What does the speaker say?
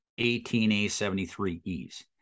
18A73Es